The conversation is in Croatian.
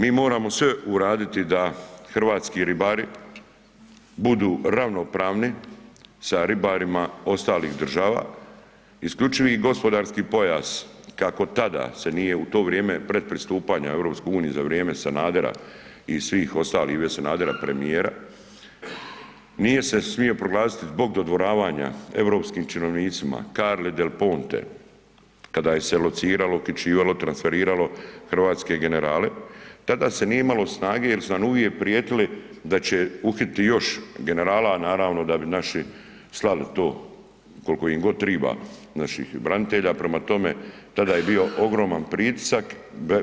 Mi moramo sve uraditi da hrvatski ribari budu ravnopravni sa ribarima ostalih država, isključivi gospodarski pojas kako tada se nije u to vrijeme pred pristupanje EU za vrijeme Sanadera i svih ostalih Ive Sanadera premijera nije se smio proglasiti zbog dodvoravanja europskim činovnicima Karli del Ponte kada se je lociralo, uhićivalo, transferiralo hrvatske generale, tada se nije imalo snage jer su nam uvijek prijetili da će uhititi još generala, a naravno da bi naši slali to koliko im god triba naših branitelja, prema tome tada je bio ogroman pritisak